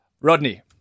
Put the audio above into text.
Rodney